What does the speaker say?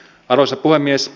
arvoisa puhemies